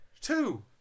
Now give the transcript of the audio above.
Two